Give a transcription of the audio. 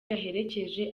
yaherekeje